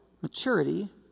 maturity